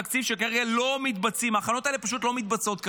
וכרגע לא ההכנות לא מתבצעות.